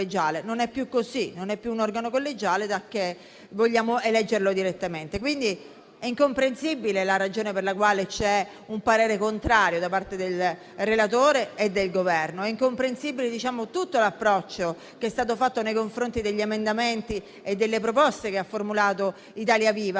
non è più così: non è più un organo collegiale, giacché vogliamo eleggerlo direttamente. È perciò incomprensibile la ragione per la quale è stato un parere contrario da parte del relatore e del Governo e incomprensibile è altresì tutto l'approccio che è stato adottato nei confronti degli emendamenti e delle proposte che ha formulato Italia Viva.